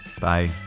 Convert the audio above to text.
Bye